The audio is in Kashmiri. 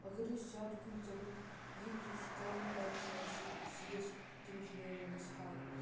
اَگَر أسۍ زیادٕ کُلۍ ژَٹَو ییٚتہِ یُس کاربَن ڈیاکسایڈ چھِ سُہ گَژھِ تمِچ لیوَل گَژھِ ہاے